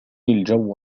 الجو